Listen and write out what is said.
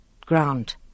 ground